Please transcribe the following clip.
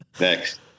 Next